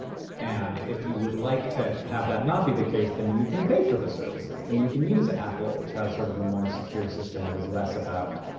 and if you would like to have that not be the case, then you can pay for the services and you can use apple, which has sort of a more secure system that is less about,